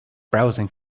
browsing